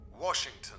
Washington